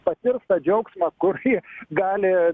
patirs tą džiaugsmą kurį gali